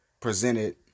presented